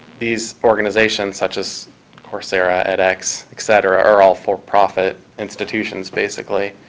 these organizations, such as coursera, edx, etc, are all for profit institutions, basically,